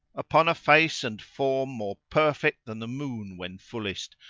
upon a face and form more perfect than the moon when fullest,